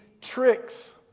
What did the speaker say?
tricks